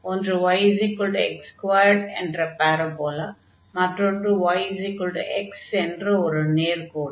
ஒன்று yx2 என்ற parabola மற்றொன்று yx என்ற ஒரு நேர்க்கோடு